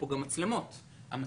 לכן המקום הראוי